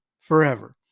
forever